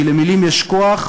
כי למילים יש כוח,